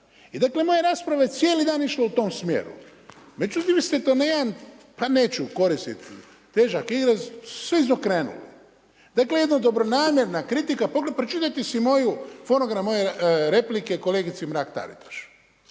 I dakle, moja rasprava je cijeli dan išla u tom smjeru, međutim vi ste to na jedan, pa neću koristi težak izraz, sve izokrenuli. Dakle, jedan dobronamjerna kritika, pročitajte si moj fonogram moje replike kolegice Mrak-Taritaš.